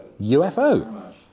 UFO